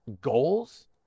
goals